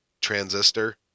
transistor